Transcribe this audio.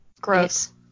Gross